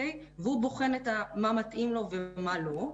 והוא בוחן מה מתאים לו ומה לא,